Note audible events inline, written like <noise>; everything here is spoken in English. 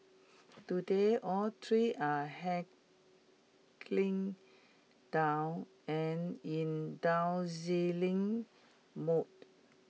today all three are <unintelligible> down and in <unintelligible> mode